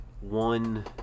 one